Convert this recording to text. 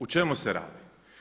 O čemu se radi?